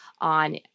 on